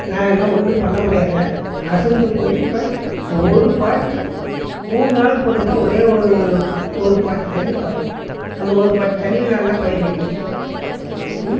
நான் என்ன ஒன்றும் பண்ண முடியாத அசந்து போயி இப்போ அது ஒரு பாத்தி மூணு நாள் பொறுத்து தான் ஒரே ஒரு ஒரு பாதி தண்ணி பாயும் அந்த ஒரு பாதி தண்ணியில் நான் என்ன பயிர் வைக்கிறது ம்